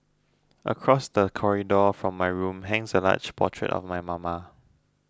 across the corridor from my room hangs a large portrait of my mama